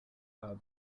help